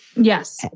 yes.